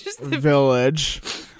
village